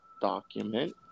document